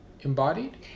embodied